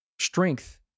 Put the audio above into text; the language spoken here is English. strength